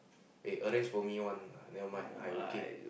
eh arrange for me one lah never mind I okay